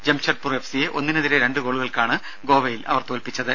ജംഷഡ്പൂർ എഫ്സിയെ ഒന്നിനെതിരെ രണ്ട് ഗോളുകൾക്കാണ് അവർ തോൽപ്പിച്ചത്